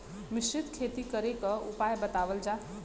मिश्रित खेती करे क उपाय बतावल जा?